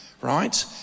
right